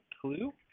clue